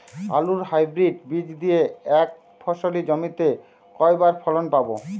আলুর হাইব্রিড বীজ দিয়ে এক ফসলী জমিতে কয়বার ফলন পাব?